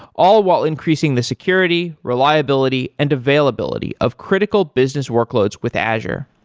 all while increasing the security, reliability and availability of critical business workloads with azure.